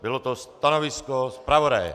Bylo to stanovisko zpravodaje.